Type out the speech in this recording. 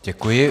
Děkuji.